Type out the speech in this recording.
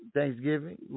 Thanksgiving